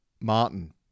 Martin